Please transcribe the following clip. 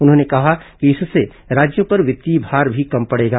उन्होंने कहा कि इससे राज्यों पर वित्तीय भार भी कम पड़ेगा